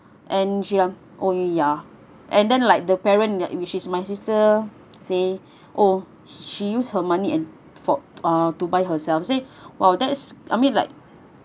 and she like !oi! ya and then like the parent which is my sister say oh she used her money and for uh to buy herself say !wow! that's I mean like